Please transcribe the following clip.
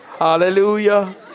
Hallelujah